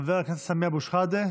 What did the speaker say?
חבר הכנסת סמי אבו שחאדה,